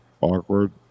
awkward